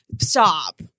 Stop